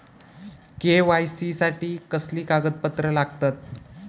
KYC साठी कसली कागदपत्र लागतत?